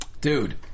Dude